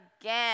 again